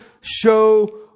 show